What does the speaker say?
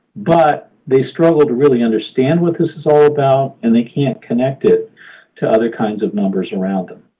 but they struggle to really understand what this is all about, and they can't connect it to other kinds of numbers around them.